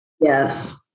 Yes